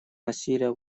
насилия